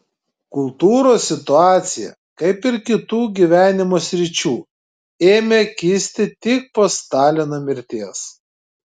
kultūros situacija kaip ir kitų gyvenimo sričių ėmė kisti tik po stalino mirties